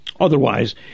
Otherwise